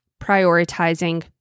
prioritizing